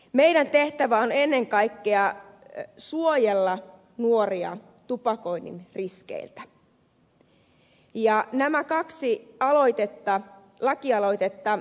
meidän tehtävämme on ennen kaikkea suojella nuoria tupakoinnin riskeiltä ja nämä kaksi laki aloitetta ed